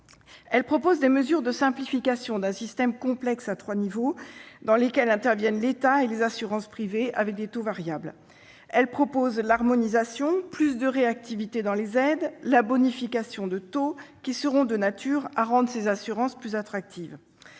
proposent des mesures de simplification d'un système complexe à trois niveaux, dans lesquels interviennent l'État et les assurances privées, avec des taux variables. Ils proposent l'harmonisation, plus de réactivité dans les aides, la bonification de taux, toutes mesures qui seront de nature à rendre ces assurances plus attractives.